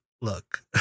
look